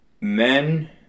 men